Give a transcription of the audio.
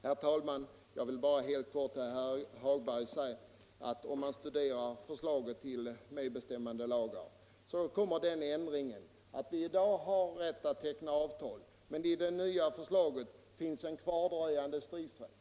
Herr talman! Jag vill bara helt kort till herr Hagberg i Borlänge säga, att om han studerar förslaget till medbestämmandelagar kommer han att finna den skillnaden att vi i dag har rätt att teckna avtal men att det i den nya lagen finns en kvardröjande stridsrätt.